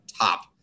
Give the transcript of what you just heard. top